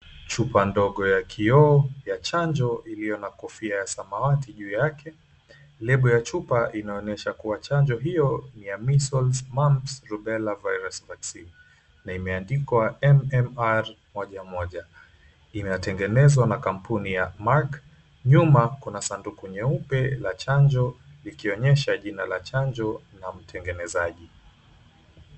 Chupa ndogo ya kioo, ya chanjo iliyo na kofia samawati juu yake. Lebo ya chupa inaonyesha kuwa chanjo hiyo ni ya Measle, Mumps, Rubella Virus Vaccine na imeandikwa MMR 11. Imetengenezwa na kampuni ya Merc. Nyuma kuna sanduku nyeupe la chanjo, ikionyesha jina la chanjo na mtengenezaji.